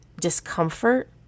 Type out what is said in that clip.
discomfort